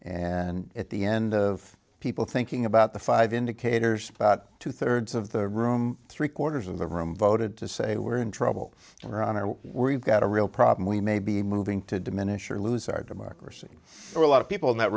and at the end of people thinking about the five indicators about two thirds of the room three quarters of the room voted to say we're in trouble or on our we've got a real problem we may be moving to diminish or lose our democracy for a lot of people in that